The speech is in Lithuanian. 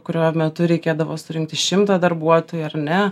kurio metu reikėdavo surinkti šimtą darbuotojų ar ne